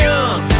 Young